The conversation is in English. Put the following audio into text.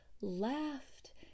laughed